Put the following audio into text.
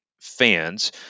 fans